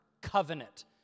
covenant